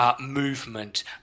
movement